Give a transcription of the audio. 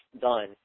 done